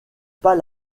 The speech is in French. pas